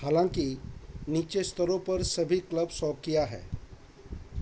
हालाँकि नीचे अस्तरों पर सभी क्लब शौक़िया हैं